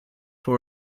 for